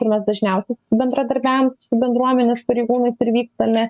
kur mes dažniausiai bendradarbiaujame su bendruomenės pareigūnais ir vykstame